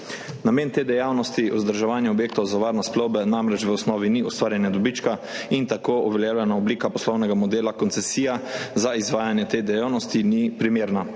Namen te dejavnosti, vzdrževanje objektov za varnost plovbe, namreč v osnovi ni ustvarjanje dobička in tako uveljavljena oblika poslovnega modela koncesija za izvajanje te dejavnosti ni primerna.